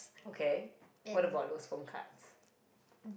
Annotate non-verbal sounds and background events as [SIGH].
and [NOISE]